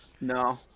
No